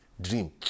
Dream